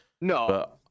No